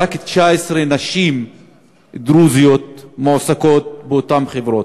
רק 19 נשים דרוזיות מועסקות באותן חברות,